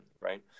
right